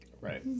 Right